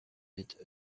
with